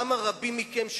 למה רבים מכם,